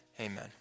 Amen